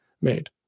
made